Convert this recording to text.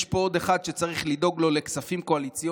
יש פה עוד אחד שצריך לדאוג לו לכספים קואליציוניים